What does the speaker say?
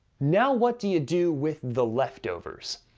now what do you do with the leftovers?